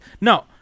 No